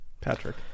patrick